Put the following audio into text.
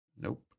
Nope